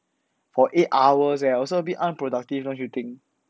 for eight hour leh also a bit unproductive don't you think